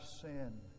sin